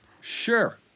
Sure